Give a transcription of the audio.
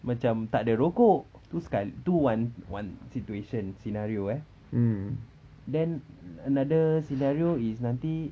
macam takde rokok tu sekal~ tu one one situation scenario eh then another one scenario is nanti